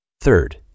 Third